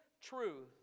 truth